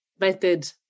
method